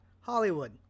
Hollywood